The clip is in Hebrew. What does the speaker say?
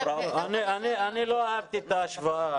לא אהבתי את ההשוואה.